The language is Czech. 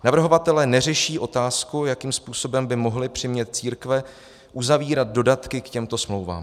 Navrhovatelé neřeší otázku, jakým způsobem by mohli přimět církve uzavírat dodatky k těmto smlouvám.